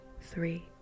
three